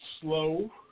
slow